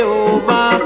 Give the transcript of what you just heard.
over